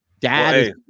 dad